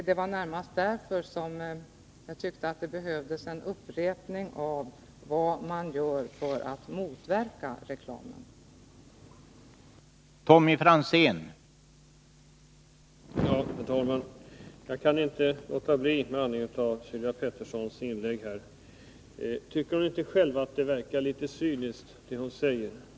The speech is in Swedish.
Det var närmast därför som jag tyckte att det behövdes en upprepning av vad man gör för att motverka reklamens effekter.